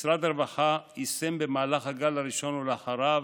משרד הרווחה יישם במהלך הגל הראשון ואחריו